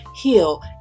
heal